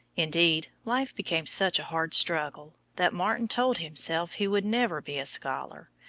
indeed, life became such a hard struggle, that martin told himself he would never be a scholar,